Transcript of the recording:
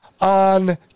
on